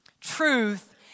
truth